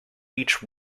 each